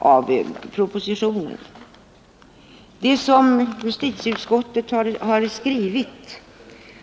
Jag tror att det som justitieutskottet har skrivit